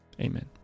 Amen